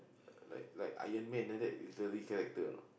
like like Iron-Man like that is really character a not